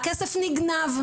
והכסף נגנב.